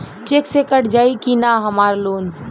Check से cut जाई की ना हमार लोन?